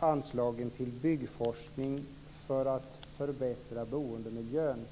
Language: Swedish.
anslagen till byggforskning för att förbättra boendemiljön.